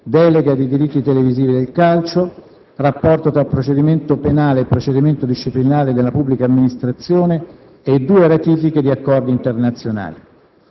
delega diritti televisivi calcio, rapporto tra procedimento penale e procedimento disciplinare nella pubblica amministrazione e due ratifiche di accordi internazionali;